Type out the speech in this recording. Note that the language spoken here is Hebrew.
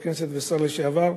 חבר כנסת ושר לשעבר,